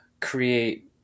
create